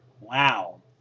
Wow